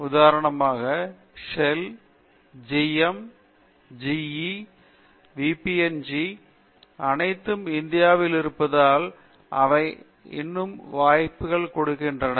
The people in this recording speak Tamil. உதாரணமாக Shell G M G E வ பி ஏன் ஜி அனைத்தும் இந்தியாவில் இருப்பதால் அவை இன்னும் பல வாய்ப்புகள் உள்ளன